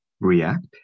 REACT